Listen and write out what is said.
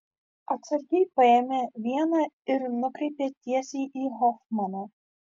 atsargiai paėmė vieną ir nukreipė tiesiai į hofmaną